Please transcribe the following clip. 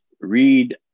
read